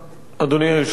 אדוני היושב-ראש.